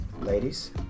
ladies